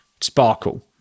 sparkle